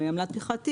עמלת פתיחת תיק,